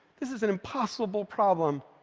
this is an impossible problem.